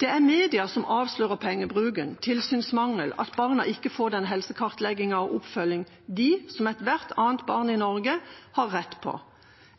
Det er media som avslører pengebruken, tilsynsmangelen, at barna ikke får den helsekartleggingen og oppfølgingen de, som ethvert annet barn i Norge, har rett på.